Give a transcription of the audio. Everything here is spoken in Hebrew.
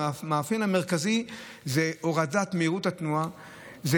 המאפיין המרכזי הוא הורדת מהירות התנועה,